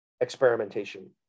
experimentation